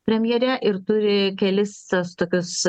premjere ir turi kelis tokius